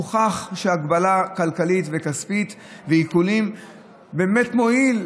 הוכח שהגבלה כלכלית וכספית ועיקולים באמת מועילים